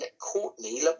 Courtney